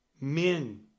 men